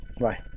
Right